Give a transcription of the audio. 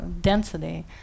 density